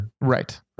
right